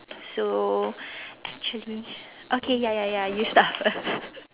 so actually okay ya ya ya you start first